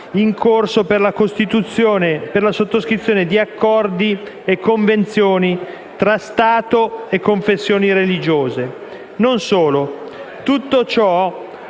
in corso per la sottoscrizione di accordi e convenzioni tra Stato e confessioni religiose. Non solo, tutto ciò